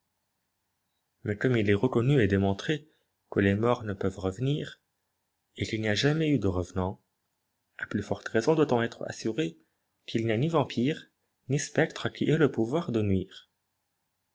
mais comme il est reconnu et démontré que les morts ne peuvent revenir et qu'il n'y a jamais eu de revenants à plus forte raison doit-on être assuré qu'il n'y a ni vampires ni spectres qui aient le pouvoir de nuire